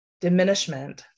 diminishment